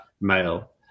male